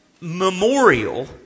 memorial